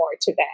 today